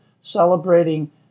celebrating